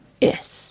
Yes